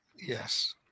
Yes